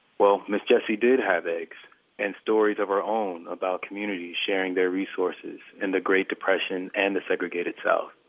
well, miss jessie did have eggs and stories of her own about communities sharing their resources in the great depression and the segregated south.